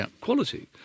quality